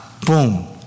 Boom